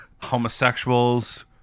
Homosexuals